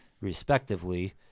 respectively